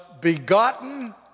begotten